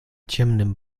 ciemnym